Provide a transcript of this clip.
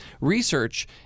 research